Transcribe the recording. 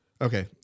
Okay